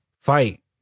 Fight